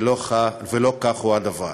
ולא כך הוא הדבר?